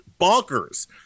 bonkers